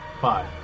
Five